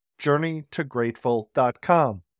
journeytograteful.com